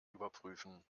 überprüfen